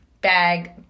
bag